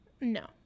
no